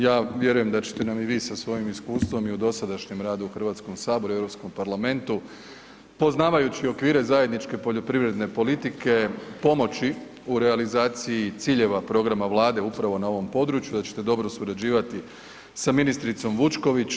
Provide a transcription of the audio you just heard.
Ja vjerujem da ćete nam i vi sa svojim iskustvom i u dosadašnjem radu u HS-u i u Europskom parlamentu poznavajući okvire zajedničke poljoprivredne politike pomoći u realizaciji ciljeva programa Vlade upravo na ovom području, da ćete dobro surađivati sa ministricom Vučković.